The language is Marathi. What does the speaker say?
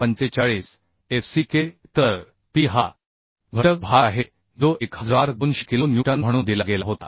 45 fck तर P हा घटक भार आहे जो 1200 किलो न्यूटन म्हणून दिला गेला होता